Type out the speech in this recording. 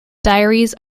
diaries